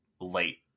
late